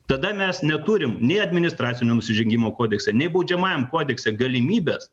tada mes neturim nei administracinių nusižengimų kodekse nei baudžiamajam kodekse galimybės